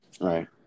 Right